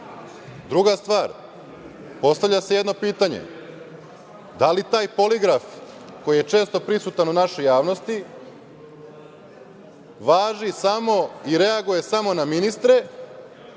reši. Druga stvar, postavlja se jedno pitanje - da li taj poligraf, koji je često prisutan u našoj javnosti, važi samo i reaguje samo na ministre